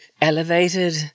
elevated